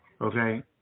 Okay